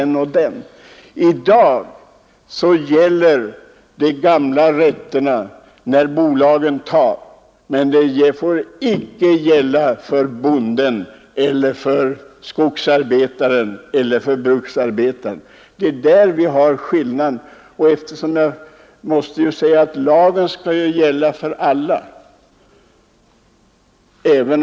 I dag gäller de gamla rättigheterna när bolagen godtyckligt tar för sig, men de gäller inte för bonden, skogsarbetaren eller bruksarbetaren. Här föreligger en skillnad. Lagen skall gälla för alla.